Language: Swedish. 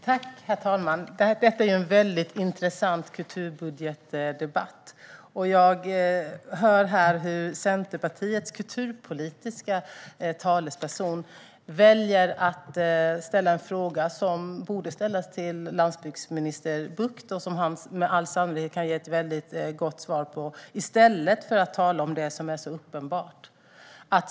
Herr talman! Detta är en intressant kulturbudgetdebatt. Jag hör här att Centerpartiets kulturpolitiske talesperson väljer att ställa en fråga som borde ställas till landsbygdsminister Bucht - och som han säkert kan ge ett mycket bra svar på - i stället för att tala om det som är uppenbart.